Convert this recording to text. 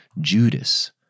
Judas